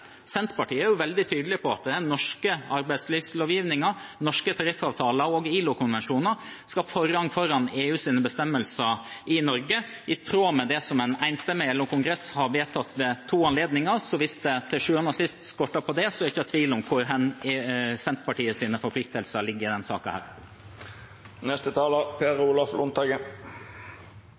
Senterpartiet er veldig tydelig på at den norske arbeidslovgivningen, norske tariffavtaler og ILO-konvensjoner skal ha forrang foran EUs bestemmelser i Norge, i tråd med det som en enstemmig LO-kongress har vedtatt ved to anledninger. Hvis det til syvende og sist er det det står på, er det ingen tvil om hvor Senterpartiets forpliktelser ligger i